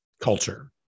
culture